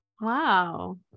Wow